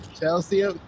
Chelsea